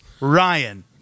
Ryan